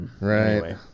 Right